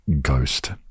Ghost